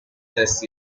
this